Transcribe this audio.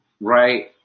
Right